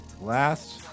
last